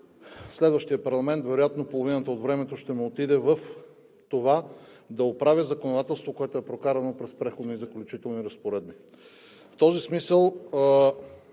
следващия парламент вероятно половината от времето ще му отиде в това да оправя законодателството, което е прокарано през Преходни и заключителни разпоредби. В този смисъл